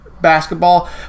Basketball